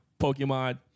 Pokemon